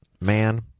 man